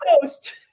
Post